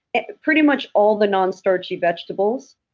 and pretty much all the non-starchy vegetables.